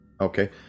Okay